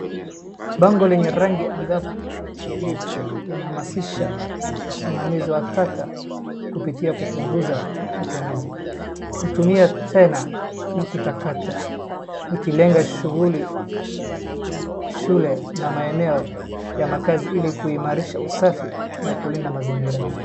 Bango lenye rangi angavu la kielimu, linahamasisha usimamizi wa taka kupitia kupunguza matumizi, kutumia tena na kutakata likilenga shughuli, shule na maeneo ya makazi ili kuimarisha usafi na kulinda mazingira.